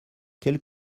quelle